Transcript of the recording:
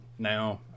Now